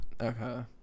Okay